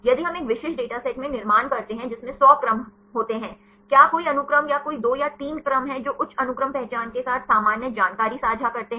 यदि हम एक विशिष्ट डेटा सेट में निर्माण करते हैं जिसमें 100 क्रम होते हैं क्या कोई अनुक्रम या कोई 2 या 3 क्रम हैं जो उच्च अनुक्रम पहचान के साथ सामान्य जानकारी साझा करते हैं